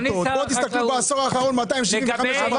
בואו תסתכלו בעשור האחרון 275 רפתות נסגרו.